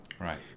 Right